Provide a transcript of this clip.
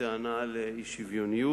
בטענה על אי-שוויוניות,